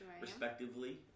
respectively